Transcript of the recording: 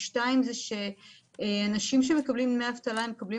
שתיים - אנשים שמקבלים דמי אבטלה מקבלים